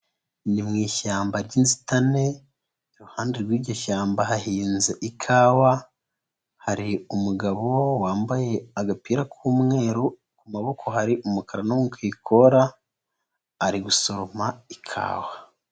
Ni mu ishyamba ry'inzitane, iruhande rw'iryo shyamba hahinze ikawa, hari umugabo wambaye agapira k'umweru, ku maboko hari umukara no ku ikora, ari gusoroma ikawa.